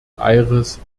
aires